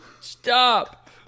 Stop